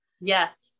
Yes